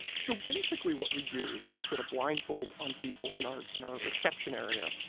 so basically what we do is we put a blindfold on people in our in our reception area,